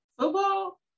Football